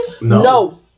No